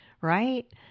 Right